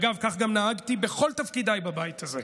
אגב, כך גם נהגתי בכל תפקידיי בבית הזה.